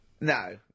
No